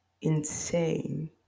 insane